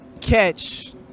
catch